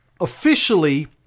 officially